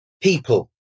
People